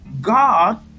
God